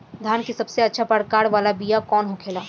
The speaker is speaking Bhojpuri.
धान के सबसे अच्छा प्रकार वाला बीया कौन होखेला?